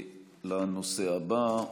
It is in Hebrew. לנושא הבא,